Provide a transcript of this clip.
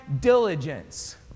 diligence